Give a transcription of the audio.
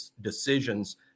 decisions